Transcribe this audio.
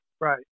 Right